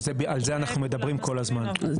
על זה אנחנו מדברים כל הזמן.